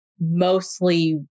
mostly